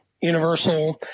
Universal